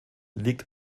liegt